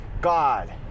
God